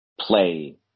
play